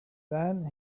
then